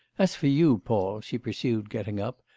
as for you, paul she pursued, getting up,